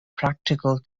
practical